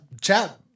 chat